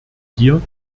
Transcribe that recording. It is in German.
hier